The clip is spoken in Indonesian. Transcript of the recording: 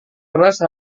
keras